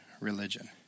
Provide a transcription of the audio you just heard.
religion